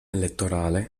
elettorale